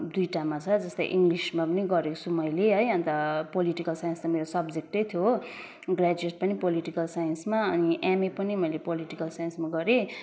दुइटामा छ जस्तो इङ्लिसमा पनि गरेको छु मैले है अन्त पोलिटिकल साइन्स त मेरो सब्जेक्टै थियो हो ग्र्याजुएट पनि पोलेटिकल साइन्समा अनि एमए पनि मैले पोलिटिकल साइन्समा गरेँ